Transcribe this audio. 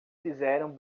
fizeram